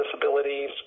disabilities